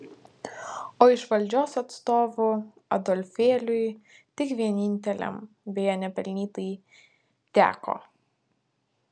o iš valdžios atstovų adolfėliui tik vieninteliam beje nepelnytai teko